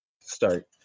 start